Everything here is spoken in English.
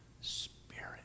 spirit